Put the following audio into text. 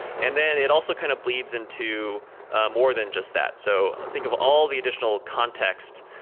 and then it also kind of bleeds into more than just that. so think of all the additional context,